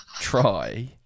try